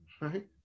right